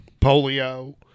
polio